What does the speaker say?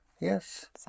Yes